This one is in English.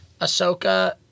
Ahsoka